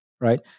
right